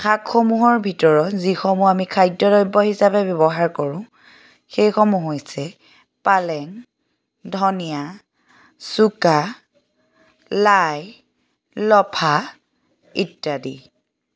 শাকসমূহৰ ভিতৰত যিসমূহ আমি খাদ্য দ্ৰব্য হিচাপে ব্যৱহাৰ কৰোঁ সেইসমূহ হৈছে পালেং ধনীয়া চুকা লাই লফা ইত্যাদি